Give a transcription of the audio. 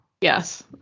Yes